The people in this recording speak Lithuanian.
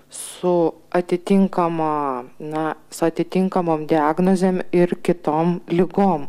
su atitinkama na su atitinkamom diagnozėm ir kitom ligom